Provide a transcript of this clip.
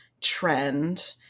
trend